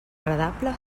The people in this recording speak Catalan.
agradable